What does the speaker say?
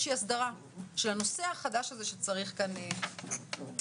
של הנושא החדש הזה שצריך כאן טיפול.